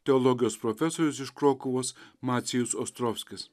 teologijos profesorius iš krokuvos macijus ostrovskis